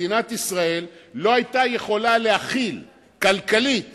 מדינת ישראל לא היתה יכולה להכיל כלכלית